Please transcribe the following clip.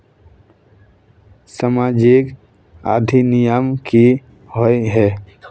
सामाजिक अधिनियम की होय है?